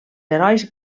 herois